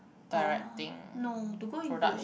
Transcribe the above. uh no to go into